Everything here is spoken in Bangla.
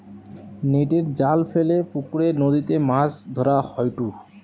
নেটের জাল ফেলে পুকরে, নদীতে মাছ ধরা হয়ঢু